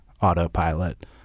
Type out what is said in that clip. autopilot